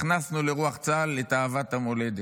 הכנסנו לרוח צה"ל את אהבת המולדת.